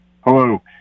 Hello